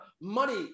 money